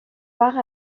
par